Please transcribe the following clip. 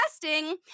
testing